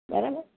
બરાબર